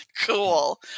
Cool